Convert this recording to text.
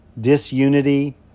disunity